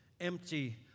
empty